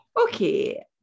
okay